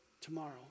tomorrow